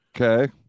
Okay